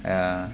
uh